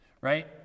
right